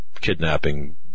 kidnapping